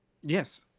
Yes